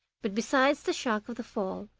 but besides the shock of the fall,